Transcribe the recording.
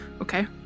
Okay